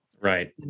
Right